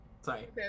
Sorry